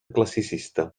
classicista